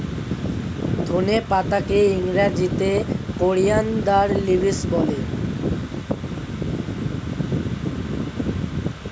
ধনে পাতাকে ইংরেজিতে কোরিয়ানদার লিভস বলে